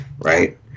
Right